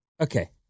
okay